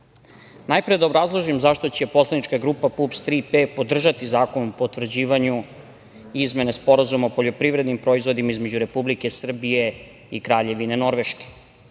da obrazložim zašto će poslanička grupa PUPS - "Tri P" podržati Zakon o potvrđivanju izmene Sporazuma o poljoprivrednim proizvodima između Republike Srbije i Kraljevine Norveške. Kada